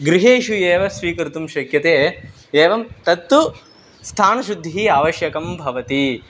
गृहेषु एव स्वीकर्तुं शक्यते एवं तत्तु स्थानशुद्धिः आवश्यकं भवति